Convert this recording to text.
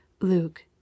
luke